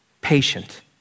patient